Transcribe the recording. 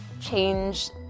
change